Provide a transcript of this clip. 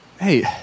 Hey